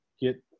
get